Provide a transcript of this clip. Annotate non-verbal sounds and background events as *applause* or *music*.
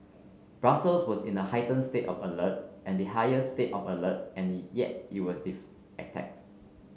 Brussels was in a heighten state of alert and the highest state of alert and yet it was *unintelligible* attacked